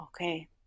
okay